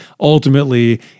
ultimately